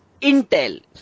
intel